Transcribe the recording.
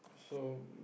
so